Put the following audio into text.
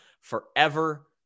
Forever